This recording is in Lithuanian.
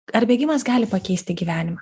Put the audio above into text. ar bėgimas gali pakeisti gyvenimą